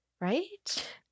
Right